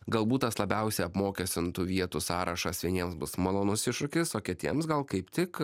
galbūt tas labiausia apmokestintų vietų sąrašas vieniems bus malonus iššūkis o kitiems gal kaip tik